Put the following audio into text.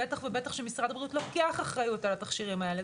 בטח ובטח שמשרד הבריאות לוקח אחריות על התכשירים האלו.